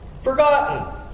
forgotten